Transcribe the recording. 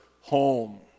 home